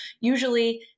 usually